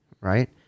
right